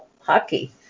hockey